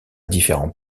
différents